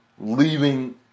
Leaving